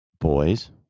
boys